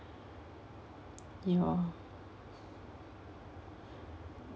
ya